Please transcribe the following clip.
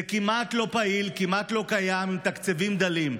זה כמעט לא פעיל, כמעט לא קיים, עם תקציבים דלים.